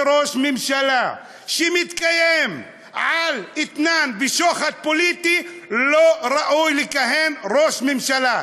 וראש ממשלה שמתקיים על אתנן ושוחד פוליטי לא ראוי לכהן ראש ממשלה,